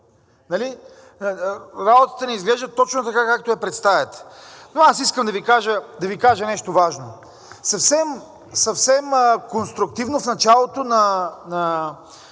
Нали! Работата не изглежда точно така, както я представяте. Но аз искам да Ви кажа нещо важно. Съвсем конструктивно в началото на